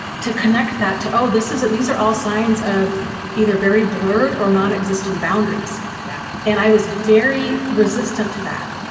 to connect that to oh this is that these are all signs of either very blurred or non-existent boundaries. yeah. and i was very resistant to that.